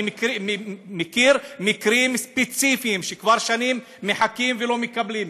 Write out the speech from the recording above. אני מכיר מקרים ספציפיים שכבר שנים מחכים ולא מקבלים.